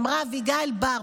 אמרה אביגיל בר,